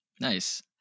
nice